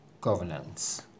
governance